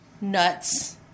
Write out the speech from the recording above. nuts